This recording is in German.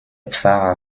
pfarrer